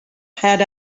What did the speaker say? had